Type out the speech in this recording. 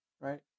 right